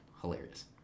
hilarious